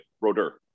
Roder